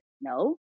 no